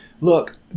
look